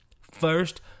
First